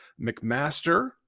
McMaster